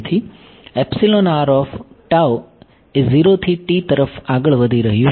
તેથી એ 0 થી તરફ આગળ વધી રહ્યું છે